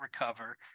recover